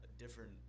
different